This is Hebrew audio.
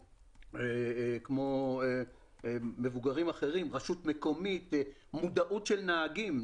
כמו מבוגרים אחרים, רשות מקומית, מודעות של נהגים.